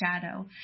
shadow